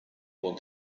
con